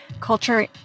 culture